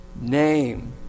name